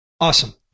Awesome